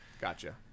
Gotcha